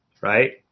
right